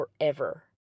forever